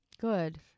good